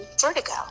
vertigo